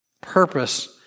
purpose